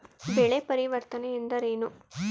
ಬೆಳೆ ಪರಿವರ್ತನೆ ಎಂದರೇನು?